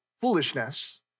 foolishness